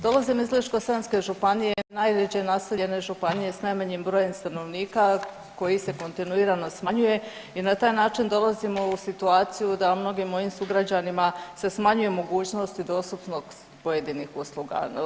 Dolazim iz Ličko-senjske županije, najveće naseljene županije s najmanjim brojem stanovnika koji se kontinuirano smanjuje i na taj način dolazimo u situaciju da mnogim mojim sugrađanima se smanjuje mogućnost dostupnosti pojedinih usluga.